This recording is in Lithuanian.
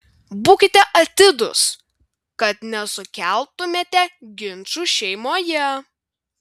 būkite atidūs kad nesukeltumėte ginčų šeimoje